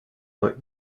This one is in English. like